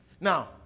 Now